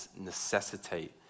necessitate